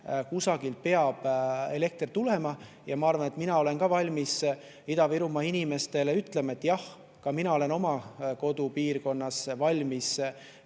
kusagilt peab elekter tulema. Mina olen valmis Ida-Virumaa inimestele ütlema, et jah, ka mina olen oma kodupiirkonnas valmis